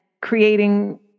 creating